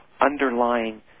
underlying